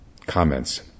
comments